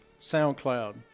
SoundCloud